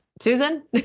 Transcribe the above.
Susan